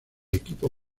equipo